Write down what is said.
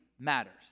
matters